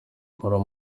inkuru